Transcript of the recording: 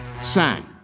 sang